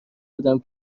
بودم